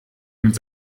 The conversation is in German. mit